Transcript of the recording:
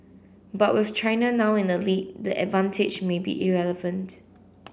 but with China now in the lead the advantage may be irrelevant